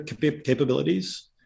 capabilities